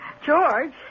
George